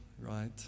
Right